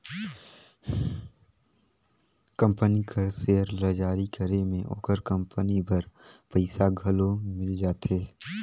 company कर share ल जारी करे में ओकर कंपनी बर पइसा घलो मिल जाथे